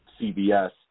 CBS